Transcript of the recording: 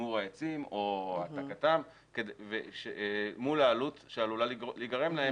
שימור העצים או העתקתם מול העלות שעלולה להיגרם להם